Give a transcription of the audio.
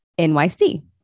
NYC